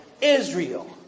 Israel